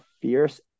fierce